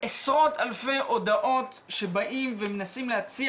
עשרות אלפי הודעות שבאים ומנסים להציע